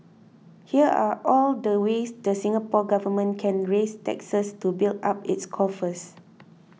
here are all the ways the Singapore Government can raise taxes to build up its coffers